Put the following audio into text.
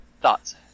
Thoughts